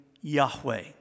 Yahweh